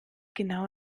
genau